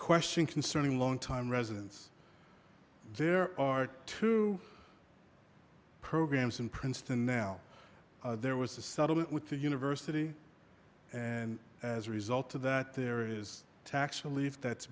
question concerning longtime residence there are two programs in princeton now there was a settlement with the university and as a result of that there is tax relief that's